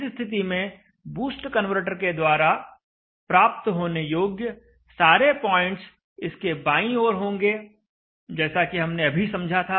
इस स्थिति में बूस्ट कन्वर्टर के द्वारा प्राप्त होने योग्य सारे पॉइंट्स इसके बांई ओर होंगे जैसा कि हमने अभी समझा था